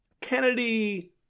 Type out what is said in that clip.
Kennedy